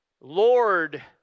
Lord